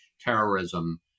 terrorism